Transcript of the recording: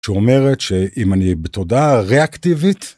שאומרת שאם אני בתודעה ריאקטיבית...